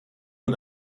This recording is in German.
und